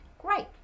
Great